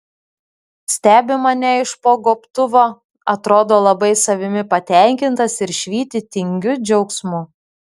stebi mane iš po gobtuvo atrodo labai savimi patenkintas ir švyti tingiu džiaugsmu